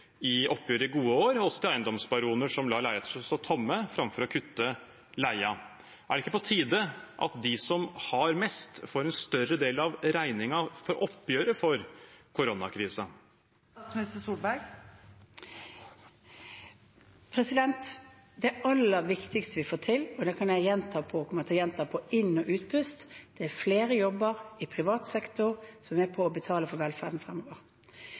i oppgjør i gode år, og også til eiendomsbaroner som lar leiligheter stå tomme framfor å kutte leien. Er det ikke på tide at de som har mest, får en større del av regningen for oppgjøret for koronakrisen? Det aller viktigste vi får til – og det kommer jeg til å gjenta på inn- og utpust – er flere jobber i privat sektor, som er med på å betale for velferden fremover.